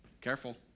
Careful